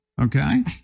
okay